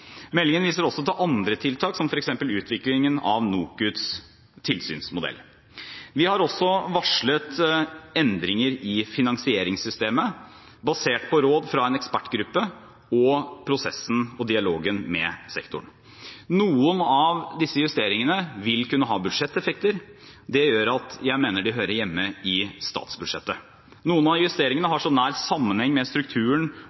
Meldingen viser også til andre tiltak, som f.eks. utviklingen av NOKUTs tilsynsmodell. Vi har også varslet endringer i finansieringssystemet, basert på råd fra en ekspertgruppe og på prosessen og dialogen med sektoren. Noen av disse justeringene vil kunne ha budsjetteffekter. Det gjør at jeg mener de hører hjemme i statsbudsjettet. Noen av justeringene har så nær sammenheng med strukturen